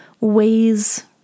ways